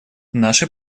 наши